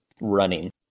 running